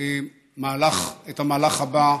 את המהלך הבא,